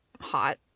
hot